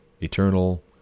eternal